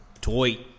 Toy